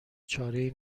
چارهای